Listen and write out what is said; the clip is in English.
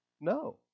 No